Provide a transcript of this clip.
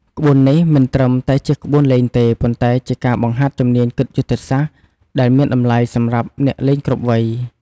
ក្បួននេះមិនត្រឹមតែជាក្បួនលេងទេ ប៉ុន្តែជាការបង្ហាត់ជំនាញគិតយុទ្ធសាស្ត្រដែលមានតម្លៃសម្រាប់អ្នកលេងគ្រប់វ័យ។